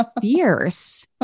fierce